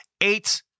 eight